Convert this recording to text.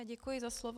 Děkuji za slovo.